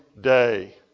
day